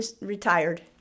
retired